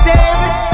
David